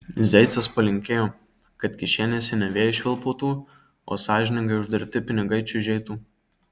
zeicas palinkėjo kad kišenėse ne vėjai švilpautų o sąžiningai uždirbti pinigai čiužėtų